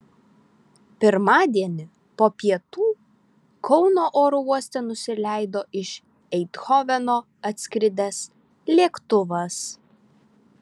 pirmadienį po pietų kauno oro uoste nusileido iš eindhoveno atskridęs lėktuvas